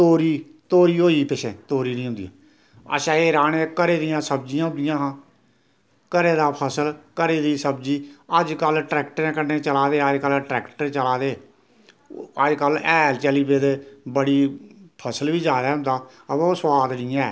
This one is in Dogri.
तोरी तोरी होइयी पिच्छें तोरी नि होंदी अच्छा एह् राह्ने घरे दियां सब्जियां होंदियां हियां घरे दा फसल घरे दी सब्जी अज्जकल ट्रैक्टरें कन्नै चला दे अज्जकल ट्रैक्टर चला दे अज्जकल हैल चली पेदे बड़ी फसल बी ज्यादै होंदा हां वा ओह् सोआद निं ऐ